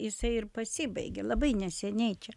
jisai ir pasibaigė labai neseniai čia